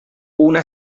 una